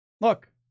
look